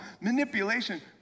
manipulation